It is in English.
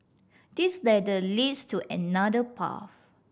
this ladder leads to another path